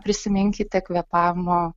prisiminkite kvėpavimo